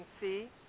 see